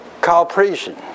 cooperation